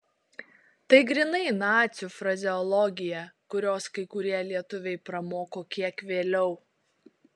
tai grynai nacių frazeologija kurios kai kurie lietuviai pramoko kiek vėliau